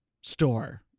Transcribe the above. store